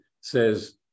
says